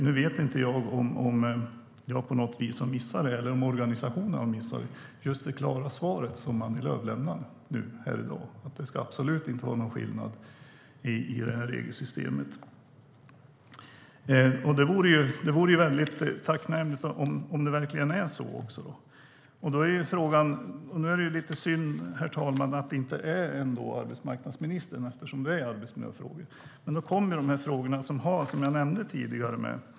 Nu vet inte jag om organisationerna har missat just det klara svar som Annie Lööf lämnade här i dag, att det absolut inte ska vara någon skillnad i det här regelsystemet. Det vore väldigt tacknämligt om det verkligen är så här. Nu är det lite synd, herr talman, att det inte är arbetsmarknadsministern som är här, eftersom det är arbetsmiljöfrågor. Men då kommer de frågor som jag nämnde tidigare.